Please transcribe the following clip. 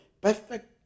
perfect